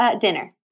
Dinner